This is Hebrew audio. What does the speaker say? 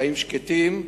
חיים שקטים,